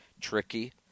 tricky